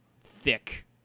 thick